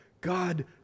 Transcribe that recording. God